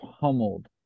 pummeled